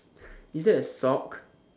is that a sock